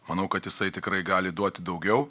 manau kad jisai tikrai gali duoti daugiau